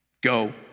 Go